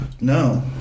No